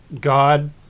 God